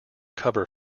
cover